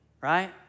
right